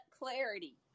clarity